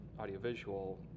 Audiovisual